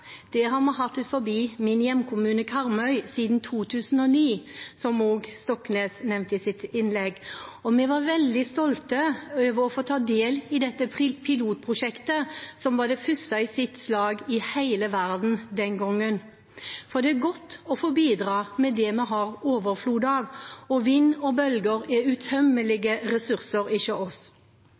min hjemkommune, Karmøy, siden 2009, som representanten Stoknes nevnte i sitt innlegg. Vi var veldig stolte over å få ta del i dette pilotprosjektet, som den gang var det første i sitt slag i hele verden. Det er godt å få bidra med det man har overflod av, og vind og bølger er utømmelige ressurser hos oss.